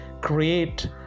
create